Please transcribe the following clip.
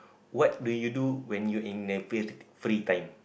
what do you do when you in the fr~ free time